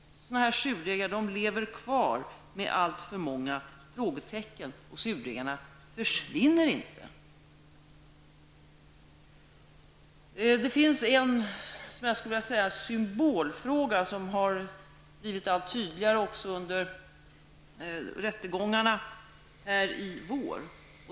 Sådana här surdegar lever kvar med alltför många frågetecken. Surdegarna försvinner inte. Det finns vad jag skulle vilja kalla en symbolfråga som blivit allt viktigare under rättegångarna här i vår.